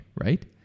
Right